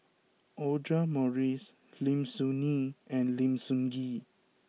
Audra Morrice Lim Soo Ngee and Lim Sun Gee